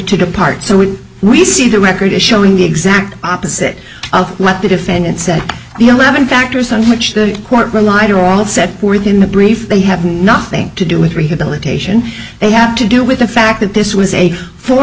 to depart so when we see the records showing the exact opposite of what the defendant said the eleven factors on which the court relied are all set forth in the brief they have nothing to do with rehabilitation they have to do with the fact that this was a four